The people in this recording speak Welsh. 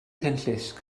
cenllysg